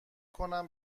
کنم